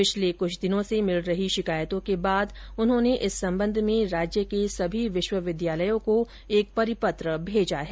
पिछले कुछ दिनों से मिल रही शिकायतों के बाद उन्होने इस सम्बन्ध में राज्य के सभी विश्वविद्यालयों को एक परिपत्र भेजा है